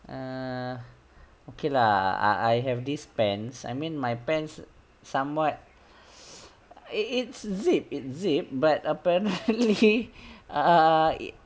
err okay lah I I have this pants I mean my pants somewhat it it's zip it's zip but apparently err it